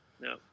No